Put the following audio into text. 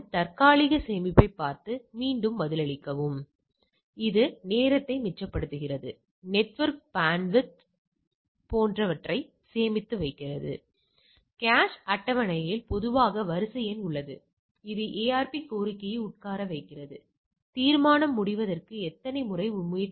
இன்னும் சில வினாக்களைப் பார்ப்போம் மீண்டும் இவைகளைப் பார்க்கிறோம் இவை நேர்வுப்பட்டியல் அட்டவணைகள் என்று அழைக்கப்படுகின்றன இங்கு நமது பெறப்பட்டவை மற்றும் எதிர்பார்க்கப்பட்டவை வெளித்தோன்றும்